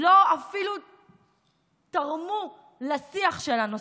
לא תרמו אפילו לשיח של הנושא.